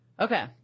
Okay